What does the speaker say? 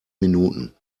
minuten